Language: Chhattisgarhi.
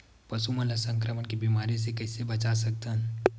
पशु मन ला संक्रमण के बीमारी से कइसे बचा सकथन?